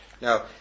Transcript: Now